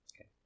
Okay